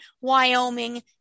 Wyoming